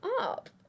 up